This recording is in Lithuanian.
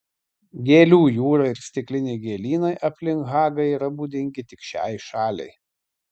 gėlių jūra ir stikliniai gėlynai aplink hagą yra būdingi tik šiai šaliai